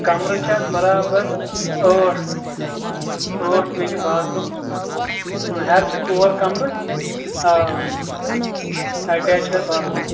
کَمرٕ چھِ اَتھ برابر ٲٹھ ٲٹھ بیٚیہِ چھِ باتھ روٗم ہیَرٕ چھِ ژور کَمرٕ آ آ ایٹیچ چھِ اَتھ باتھ روٗم